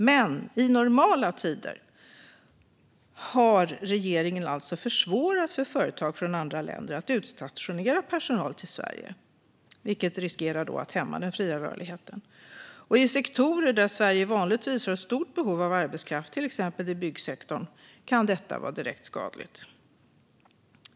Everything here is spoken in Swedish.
Men i normala tider har regeringen försvårat för företag från andra länder att utstationera personal till Sverige, vilket riskerar att hämma den fria rörligheten. I sektorer där Sverige vanligtvis har ett stort behov av arbetskraft, till exempel i byggsektorn, kan detta vara direkt skadligt.